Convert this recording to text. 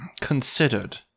considered